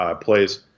plays